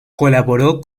colaboró